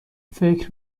فکر